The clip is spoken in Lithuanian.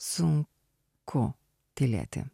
sunku tylėti